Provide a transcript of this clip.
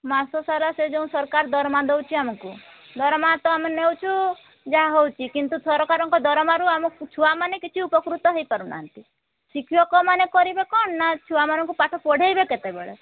ମାସସାରା ସେ ଯେଉଁ ସରକାର ଦରମା ଦେଉଛି ଆମକୁ ଦରମା ତ ଆମେ ନେଉଛୁ ଯାହା ହେଉଛି କିନ୍ତୁ ସରକାରଙ୍କ ଦରମାରୁ ଆମ ଛୁଆମାନେ କିଛି ଉପକୃତ ହେଇପାରୁ ନାହାନ୍ତି ଶିକ୍ଷକ ମାନେ କରିବେ କ'ଣ ନା ଛୁଆମାନଙ୍କୁ ପାଠ ପଢ଼େଇବେ କେତେବେଳେ